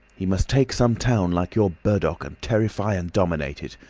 he must take some town like your burdock and terrify and dominate it.